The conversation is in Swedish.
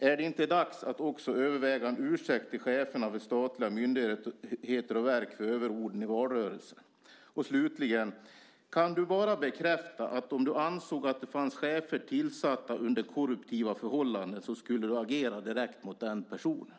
Är det inte dags att också överväga en ursäkt till cheferna vid statliga myndigheter och verk för överorden i valrörelsen? Kan du slutligen bara bekräfta att om du ansåg att det fanns chefer som blivit tillsatta under korruptiva förhållanden så skulle du agera direkt mot dessa personer?